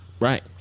Right